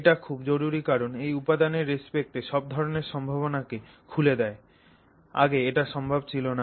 এটা খুব জরুরি কারণ এটা উপাদানের রেস্পেক্টে সব ধরণের সম্ভাবনা কে খুলে দেয় আগে এটা সম্ভব ছিল না